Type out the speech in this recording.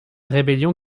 rébellion